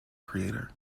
creator